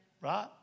right